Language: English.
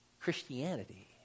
Christianity